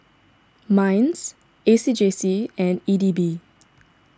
Minds A C J C and E D B